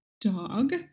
dog